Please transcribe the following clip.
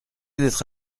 d’être